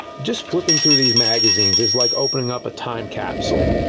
just flipping through these magazines, it's like opening up a time capsule.